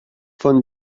von